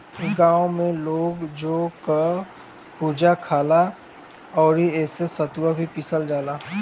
गांव में लोग जौ कअ भुजा खाला अउरी एसे सतुआ भी पिसाला